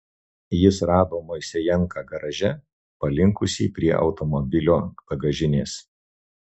jis rado moisejenką garaže palinkusį prie automobilio bagažinės